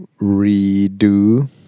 Redo